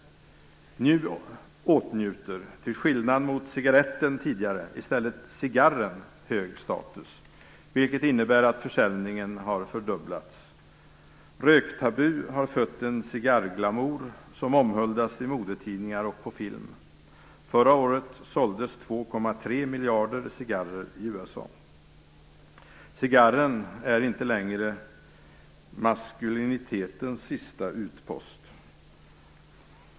Nu åtnjuter cigarren hög status i stället för som tidigare cigaretten. Detta innebär att försäljningen av cigarrer har fördubblats. Röktabu har fött en cigarrglamour som omhuldas i modetidningar och på film. Förra året såldes 2,3 miljarder cigarrer i USA. Cigarren är inte längre maskulinitetens sista utpost.